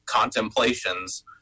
contemplations